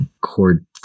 cord